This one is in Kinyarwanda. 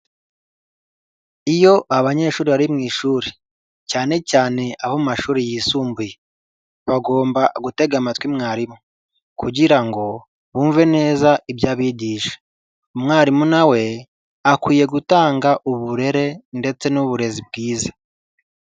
Iyo abanyeshuri bari mu ishuri cyane cyane abo mu mashuri yisumbuye, bagomba gutega amatwi umwarimu kugira ngo bumve neza iby'abigisha, umwarimu na we akwiye gutanga uburere ndetse n'uburezi bwiza.